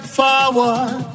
forward